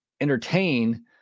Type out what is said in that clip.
entertain